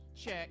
Check